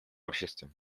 обществе